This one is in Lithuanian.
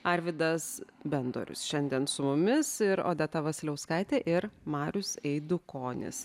arvidas bendorius šiandien su mumis ir odeta vasiliauskaitė ir marius eidukonis